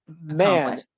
man